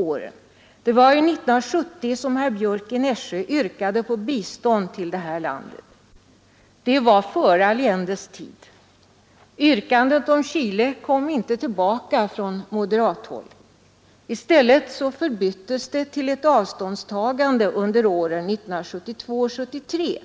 År 1970 yrkade herr Björck i Nässjö på bistånd till det landet. Det var före Allendes tid. Yrkandet om bistånd till Chile från moderat håll återkom inte. I stället förbyttes det till ett avståndstagande från den tanken under åren 1972 och 1973,